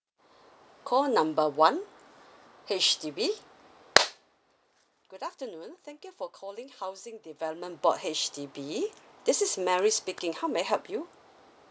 call number one H_D_B good afternoon thank you for calling housing development board H_D_B this is mary speaking how may I help you